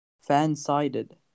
Fan-sided